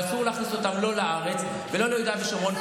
ואסור להכניס אותם לא לארץ ולא ליהודה ושומרון,